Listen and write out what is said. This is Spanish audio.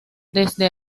desde